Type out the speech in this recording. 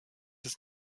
ist